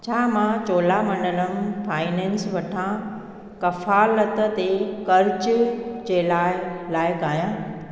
छा मां चोलामंडलम फाइनेंस वटां कफ़ालत ते कर्ज जे लाइ लाइकु आहियां